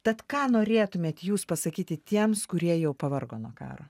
tad ką norėtumėt jūs pasakyti tiems kurie jau pavargo nuo karo